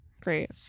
great